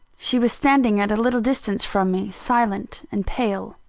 she was standing at a little distance from me, silent and pale,